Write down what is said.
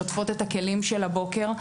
שוטפות את הכלים של הבוקר.